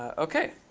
ok.